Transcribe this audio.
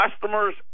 customers